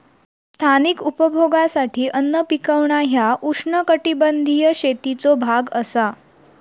स्थानिक उपभोगासाठी अन्न पिकवणा ह्या उष्णकटिबंधीय शेतीचो भाग असा